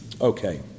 Okay